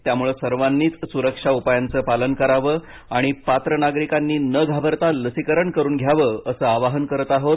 त्यामुळे सर्वांनीच सुरक्षा उपायांचं पालन करावं आणि पात्र नागरिकांनी न घाबरता लसीकरण करून घ्यावं असं आवाहन करत आहोत